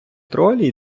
тролі